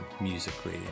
musically